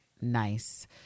nice